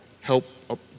help